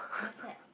why sad